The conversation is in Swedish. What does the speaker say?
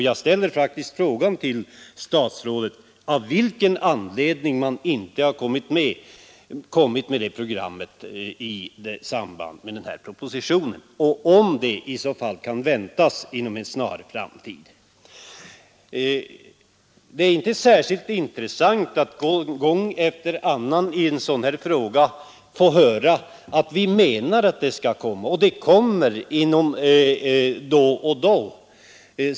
Jag ställer faktiskt frågan till statsrådet: Av vilken anledning har man inte kommit med det programmet i samband med denna proposition, och kan det väntas inom en snar framtid? Det är inte särskilt intressant att gång efter annan i ett sådant här ärende få höra, att avsikten är att ett program skall komma då och då.